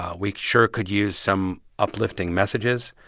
ah we sure could use some uplifting messages.